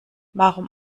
warum